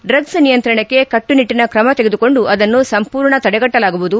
drug ೆ ನಿಯಂತ್ರಣಕ್ಕೆ ಕಟ್ಟು ನಿಟ್ಟಿನ ಕ್ರಮ ತಗೆದುಕೊಂಡು ಅದನ್ನು ಸಂಪೂರ್ಣ ತಡೆಗಟ್ಟಲಾಗುವುದು